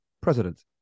president